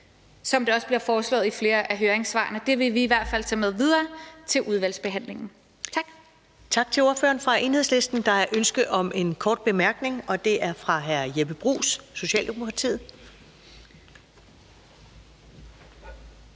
som det også bliver foreslået i flere af høringssvarene. Det vil vi i hvert fald tage med videre til udvalgsbehandlingen. Tak.